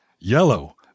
Yellow